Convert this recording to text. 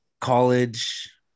college